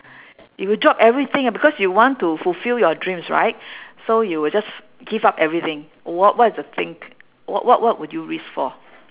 if you drop everything ah because you want to fulfill your dreams right so you will just give up everything what what is the thing what what would you risk for